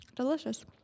delicious